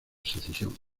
secesión